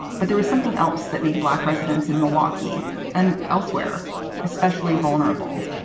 but there was something else that made black residents in milwaukee and elsewhere especially vulnerable,